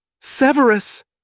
Severus